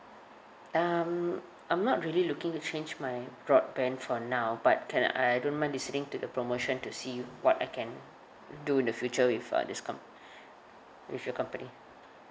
um I'm not really looking to change my broadband for now but can I I don't mind listening to the promotion to see what I can do in the future with uh this com~ with your company